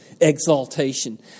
exaltation